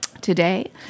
Today